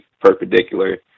perpendicular